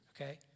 okay